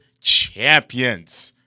Champions